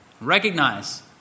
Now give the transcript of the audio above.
Recognize